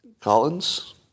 Collins